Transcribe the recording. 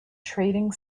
trading